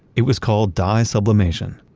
it was called dye sublimation.